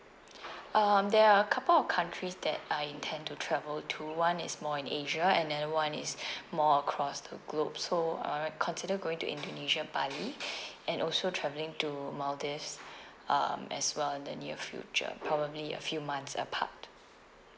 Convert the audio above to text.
um there are a couple of countries that I intend to travel to one is more in asia and then one is more across the globe so consider going to indonesia bali and also travelling to maldives um as well in the near future probably a few months apart